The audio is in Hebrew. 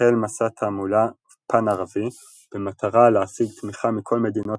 החל מסע תעמולה פאן ערבי במטרה להשיג תמיכה מכל מדינות